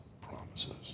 promises